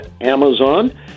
Amazon